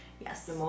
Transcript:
Yes